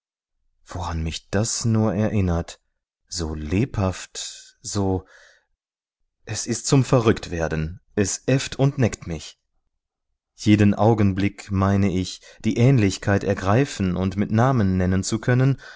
woran mich das nur erinnert so lebhaft so es ist zum verrücktwerden es äfft und neckt mich jeden augenblick meine ich die ähnlichkeit ergreifen und mit namen nennen zu können